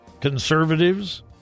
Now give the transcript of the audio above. conservatives